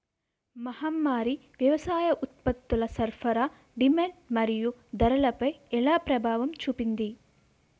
మహమ్మారి వ్యవసాయ ఉత్పత్తుల సరఫరా డిమాండ్ మరియు ధరలపై ఎలా ప్రభావం చూపింది?